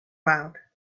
loud